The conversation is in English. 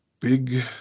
big